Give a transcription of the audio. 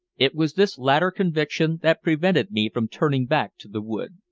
it was this latter conviction that prevented me from turning back to the wood.